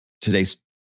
today's